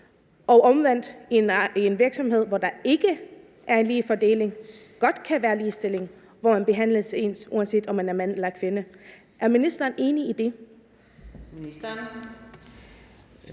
der omvendt i en virksomhed, hvor der ikke er en ligelig fordeling, godt kan være ligestilling, så man behandles ens, uanset om man er mand eller kvinde. Er ministeren enig i det?